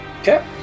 Okay